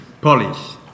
Polish